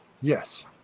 Yes